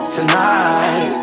Tonight